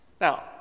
Now